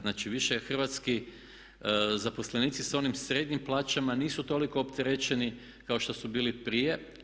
Znači, više je hrvatski zaposlenici sa onim srednjim plaćama nisu toliko opterećeni kao što su bili prije.